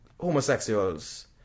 homosexuals